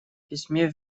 письме